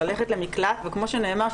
ללכת למקלט וכמו שנאמר,